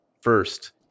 first